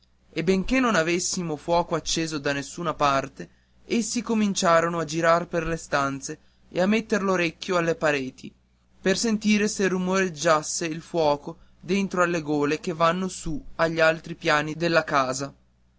e benché non avessimo fuoco acceso da nessuna parte essi cominciarono a girar per le stanze e a metter l'orecchio alle pareti per sentire se rumoreggiasse il foco dentro alle gole che vanno su agli altri piani della casa